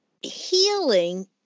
healing